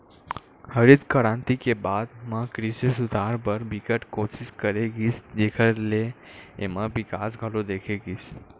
हरित करांति के बाद म कृषि सुधार बर बिकट कोसिस करे गिस जेखर ले एमा बिकास घलो देखे गिस